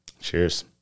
Cheers